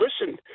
listen